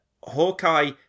Hawkeye